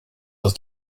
was